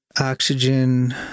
oxygen